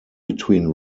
between